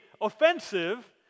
offensive